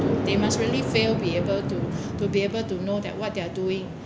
they must really failed be able to to be able to know that what they're doing